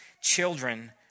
children